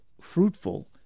fruitful